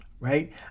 Right